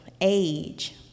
age